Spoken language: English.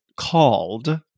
called